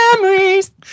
Memories